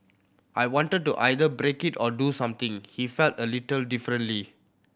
I wanted to either break it or do something he felt a little differently